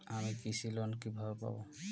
আমি কৃষি লোন কিভাবে পাবো?